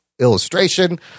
Illustration